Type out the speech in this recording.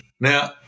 Now